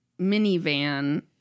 minivan